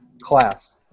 class